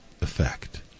Effect